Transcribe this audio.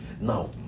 Now